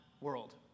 world